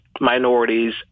minorities